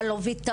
אבל לא ויתרתי.